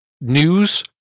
news